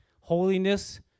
Holiness